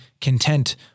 content